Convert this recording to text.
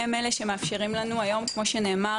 הם אלה שמאפשרים לנו היום כמו שנאמר,